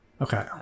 Okay